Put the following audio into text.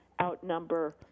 outnumber